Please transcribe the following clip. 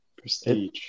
Prestige